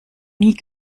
nie